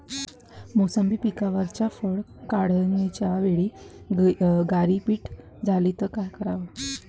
मोसंबी पिकावरच्या फळं काढनीच्या वेळी गारपीट झाली त काय कराव?